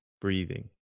breathing